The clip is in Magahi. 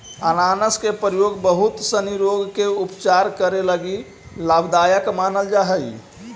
अनानास के प्रयोग बहुत सनी रोग के उपचार करे लगी लाभदायक मानल जा हई